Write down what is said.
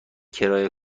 کرایه